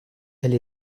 elle